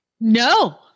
no